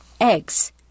Eggs